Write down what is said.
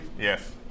Yes